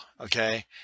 Okay